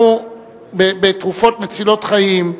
תרופות מצילות חיים,